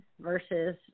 versus